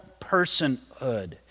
personhood